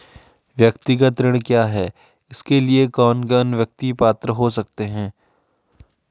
व्यक्तिगत ऋण क्या है इसके लिए कौन कौन व्यक्ति पात्र हो सकते हैं?